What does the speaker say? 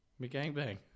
McGangbang